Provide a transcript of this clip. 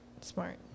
smart